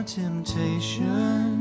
temptation